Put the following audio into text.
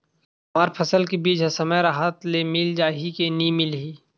हमर फसल के बीज ह समय राहत ले मिल जाही के नी मिलही?